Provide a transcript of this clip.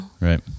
Right